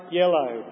yellow